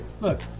Look